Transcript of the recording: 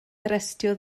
harestio